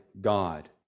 God